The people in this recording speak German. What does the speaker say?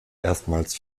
erstmals